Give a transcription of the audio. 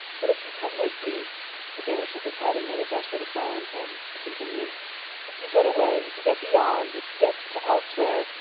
but if you come with me the giver shook his head and made a gesture to silence him. he continued if you get away, if you get beyond, if you get to elsewhere,